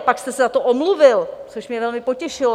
Pak jste se za to omluvil, což mě velmi potěšilo.